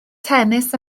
tennis